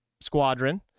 squadron